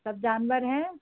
सब जानवर हैं